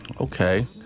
Okay